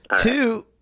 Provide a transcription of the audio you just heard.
Two